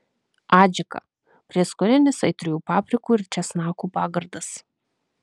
adžika prieskoninis aitriųjų paprikų ir česnakų pagardas